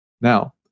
Now